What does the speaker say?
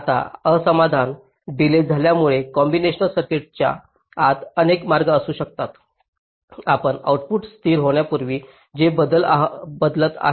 आता असमाधान डिलेज झाल्यामुळे कॉम्बिनेशनल सर्किटच्या आत अनेक मार्ग असू शकतात समजा आउटपुट स्थिर होण्यापूर्वी ते बदलत आहेत